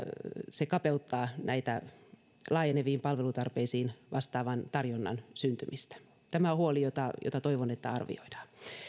se kapeuttaa laajeneviin palvelutarpeisiin vastaavan tarjonnan syntymistä tämä on huoli jota jota toivon arvioitavan